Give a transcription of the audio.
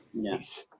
yes